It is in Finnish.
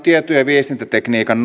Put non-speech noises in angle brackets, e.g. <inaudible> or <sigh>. <unintelligible> ja viestintätekniikan <unintelligible>